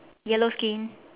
yellow skin